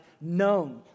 known